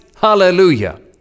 Hallelujah